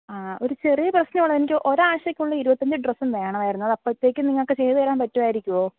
ആ ഒരു ചെറിയ പ്രശ്നം ഉള്ളത് എനിക്ക് ഒരാഴ്ചക്കുള്ളിൽ ഇരുപത്തി അഞ്ച് ഡ്രെസ്സും വേണമായിരുന്നു അത് അപ്പോഴത്തേക്കും നിങ്ങൾക്ക് ചെയ്തു തരാൻ പറ്റുമായിരിക്കുമോ